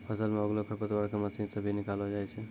फसल मे उगलो खरपतवार के मशीन से भी निकालो जाय छै